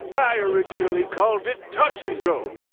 i originally called it touch and go.